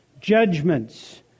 judgments